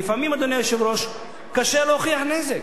כי לפעמים, אדוני היושב-ראש, קשה להוכיח נזק.